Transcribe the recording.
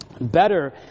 Better